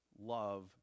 love